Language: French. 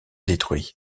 détruit